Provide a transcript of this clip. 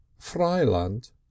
Freiland